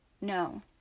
no